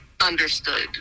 understood